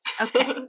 Okay